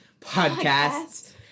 Podcasts